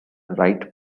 right